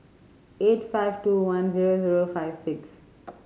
eight five two one zero zero five six